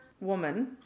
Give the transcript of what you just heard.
woman